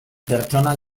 pertsonak